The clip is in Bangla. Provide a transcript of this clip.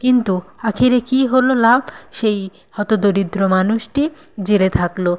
কিন্তু আখেরে কী হল লাভ সেই হত দরিদ্র মানুষটি জেলে থাকল